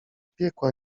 piekła